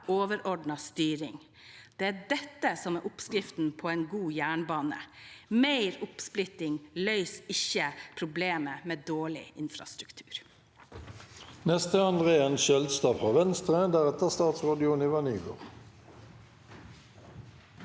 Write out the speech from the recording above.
overordnet styring. Det er dette som er oppskriften på en god jernbane. Mer oppsplitting løser ikke problemet med dårlig infrastruktur.